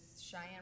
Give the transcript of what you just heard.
Cheyenne